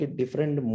different